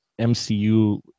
MCU